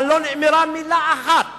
אבל לא נאמרה מלה אחת